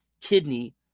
kidney